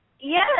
Yes